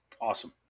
Awesome